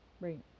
Right